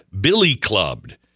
billy-clubbed